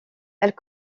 elle